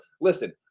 listen